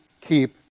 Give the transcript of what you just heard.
keep